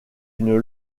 une